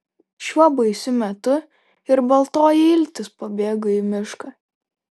šiuo baisiu metu ir baltoji iltis pabėgo į mišką